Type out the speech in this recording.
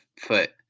foot